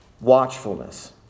watchfulness